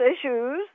issues